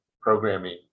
programming